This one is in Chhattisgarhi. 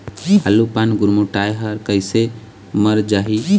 आलू पान गुरमुटाए हर कइसे मर जाही?